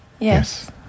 Yes